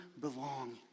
belong